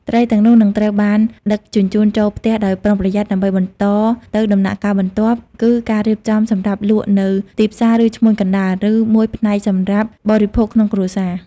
ត្រីទាំងនោះនឹងត្រូវបានដឹកជញ្ជូនចូលផ្ទះដោយប្រុងប្រយ័ត្ន ដើម្បីបន្តទៅដំណាក់កាលបន្ទាប់ គឺការរៀបចំសម្រាប់លក់នៅទីផ្សារឬឈ្មួញកណ្តាល ឬមួយផ្នែកសម្រាប់បរិភោគក្នុងគ្រួសារ។